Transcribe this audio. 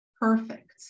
Perfect